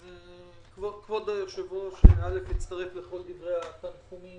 כבוד היושב-ראש, ראשית, אצטרף לכל דברי התנחומים